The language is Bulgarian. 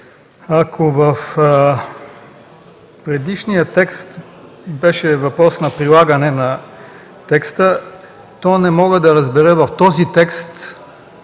ако в предишния текст беше въпрос на прилагане на текста, то не мога да разбера в този текст,